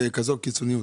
כזאת קיצוניות?